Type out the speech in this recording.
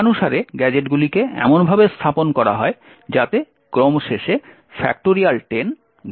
ক্রমানুসারে গ্যাজেটগুলিকে এমনভাবে স্থাপন করা যাতে ক্রম শেষে 10